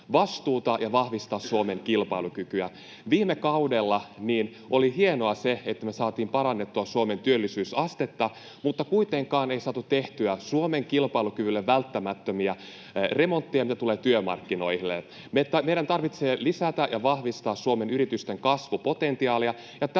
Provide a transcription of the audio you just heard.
vastuuta ja vahvistaa Suomen kilpailukykyä. Viime kaudella oli hienoa, että me saatiin parannettua Suomen työllisyysastetta, mutta kuitenkaan ei saatu tehtyä Suomen kilpailukyvylle välttämättömiä remontteja, mitä tulee työmarkkinoihin. Meidän tarvitsee lisätä ja vahvistaa Suomen yritysten kasvupotentiaalia,